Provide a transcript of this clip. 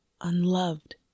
unloved